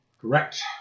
Correct